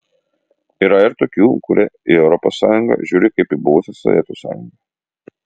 yra ir tokių kurie į es žiūri kaip į buvusią sovietų sąjungą